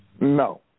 No